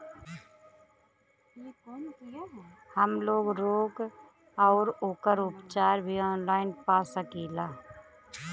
हमलोग रोग अउर ओकर उपचार भी ऑनलाइन पा सकीला?